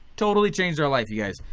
totally changed our life you guys.